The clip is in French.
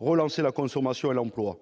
relancer la consommation et l'emploi.